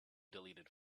deleted